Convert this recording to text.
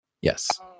Yes